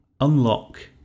unlock